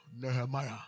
Nehemiah